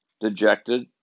dejected